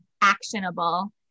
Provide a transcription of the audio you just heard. actionable